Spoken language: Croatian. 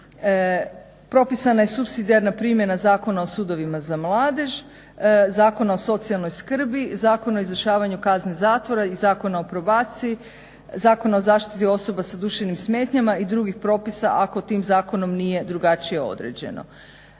Propisana je supsidijarna primjena Zakona o sudovima za mladež, Zakona o socijalnoj skrbi, Zakona o izvršavanju kazne zatvora i Zakona o probaciji, Zakona o zaštiti osoba sa duševnim smetnjama i drugih propisa ako tim zakonom nije drugačije određeno.